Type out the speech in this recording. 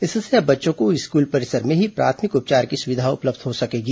इससे अब बच्चों को स्कूल परिसर में ही प्राथमिक उपचार की सुविधा उपलब्ध हो सकेगी